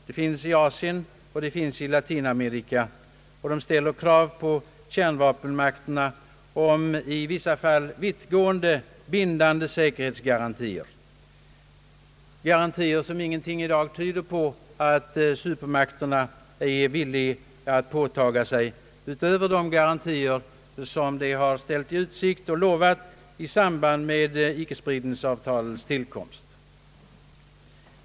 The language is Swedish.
De finns bl.a. i Asien och i Latinamerika. De ställer krav på kärnvapenmakterna om i vissa fall vittgående, bindande säkerhetsgarantier, garantier som ingenting i dag tyder på att supermakterna är villiga att åtaga sig, utöver vad de har ställt i utsikt och utlovat i samband med icke-spridningsavtalets tillkomst.